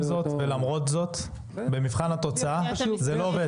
עם זאת ולמרות זאת, במבחן התוצאה זה לא עובד.